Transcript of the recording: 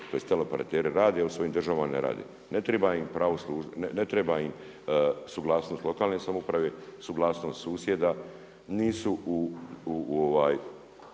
tj. teleoperateri rade a u svojim državama ne rade. Ne treba im suglasnost lokalne samouprave, suglasnost susjeda, nisu u,